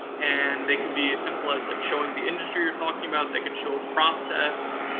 and they can be as simple as like showing the industry you're talking about, they could show a process.